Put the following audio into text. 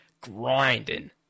grinding